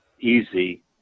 easy